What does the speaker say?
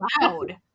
loud